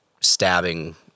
stabbing